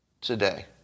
Today